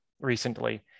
recently